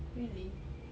really